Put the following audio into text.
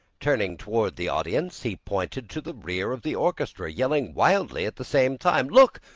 turning toward the audience, he pointed to the rear of the orchestra, yelling wildly at the same time look,